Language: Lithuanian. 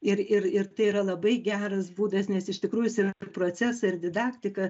ir ir ir tai yra labai geras būdas nes iš tikrųjų jis ir procesą ir didaktiką